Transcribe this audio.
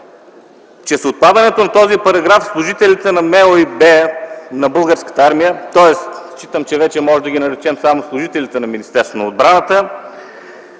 че с отпадането на този параграф служителите на Министерството на отбраната и Българската армия, тоест считам, че вече можем да ги наречем само служителите на Министерството на отбраната,